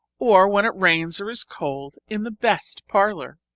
or when it rains or is cold in the best parlour.